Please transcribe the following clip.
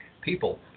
People